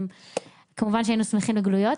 כמובן שהיינו שמחים לגלויות,